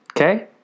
Okay